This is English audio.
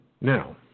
Now